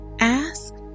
Ask